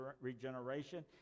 regeneration